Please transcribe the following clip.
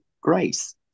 grace